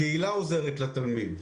הקהילה עוזרת לתלמיד.